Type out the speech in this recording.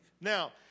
Now